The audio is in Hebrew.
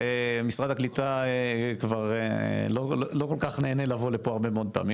משרד הקליטה כבר לא כל כך נהנה לבוא לכאן הרבה מאוד פעמים.